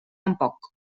tampoc